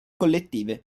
collettive